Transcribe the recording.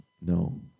No